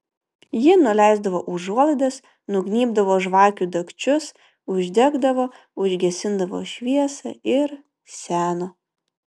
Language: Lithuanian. ji nuleisdavo užuolaidas nugnybdavo žvakių dagčius uždegdavo užgesindavo šviesą ir seno